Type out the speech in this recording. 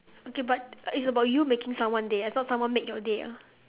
okay but but it's about you making someone day it's not someone make your day ah